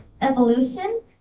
evolution